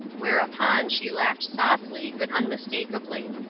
whereupon she laughed softly, but unmistakably.